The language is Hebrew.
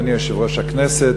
אדוני יושב-ראש הכנסת,